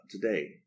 today